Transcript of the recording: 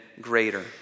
greater